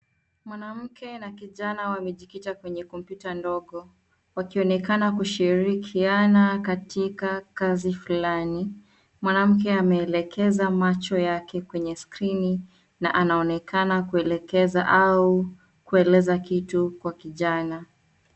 Mwanamke na kijana wamejikita kwenye kompyuta ndogo. Wakionekana kushirikiana katika kazi fulani. Mwanamke ameelekeza macho yake kwenye skirini na anaonekana kuelekeza au kueleza kitu kwa kijana.